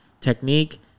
technique